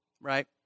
right